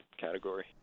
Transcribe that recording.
category